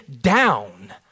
down